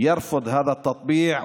דוחה את הנרמול הזה,